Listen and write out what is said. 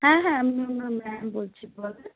হ্যাঁ হ্যাঁ আমি ম্যাম বলছি বলেন